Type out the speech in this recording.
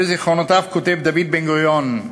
בזיכרונותיו כותב דוד בן-גוריון: